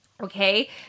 Okay